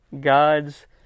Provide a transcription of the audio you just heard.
God's